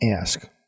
ask